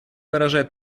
выражает